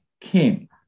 king